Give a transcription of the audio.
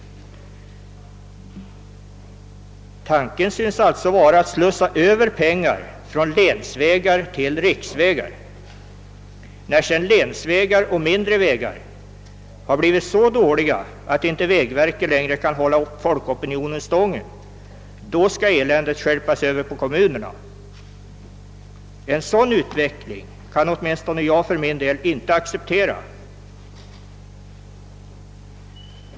Tanken synes alltså vara att slussa över pengar från länsvägar till riksvägar. När sedan länsvägar och mindre vägar har blivit så dåliga att vägverket inte längre kan hålla folkopinionen stången, då skall eländet stjälpas över på kommunerna. En sådan utveckling kan åtminstone inte jag acceptera.